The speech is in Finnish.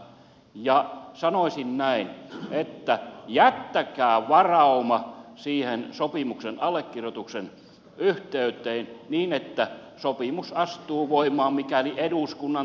ja sanoisin näin että jättäkää varauma siihen sopimuksen allekirjoituksen yhteyteen niin että sopimus astuu voimaan mikäli eduskunnan täysistunto sen hyväksyy